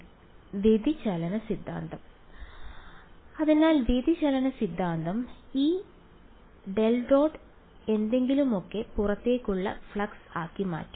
വ്യതിചലന സിദ്ധാന്തം അതിനാൽ വ്യതിചലന സിദ്ധാന്തം ഈ ഡെൽ ഡോട്ട് എന്തെങ്കിലുമൊക്കെ പുറത്തേക്കുള്ള ഫ്ലക്സ് ആക്കി മാറ്റും